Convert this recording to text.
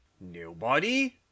Nobody